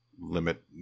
limit